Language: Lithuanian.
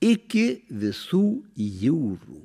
iki visų jūrų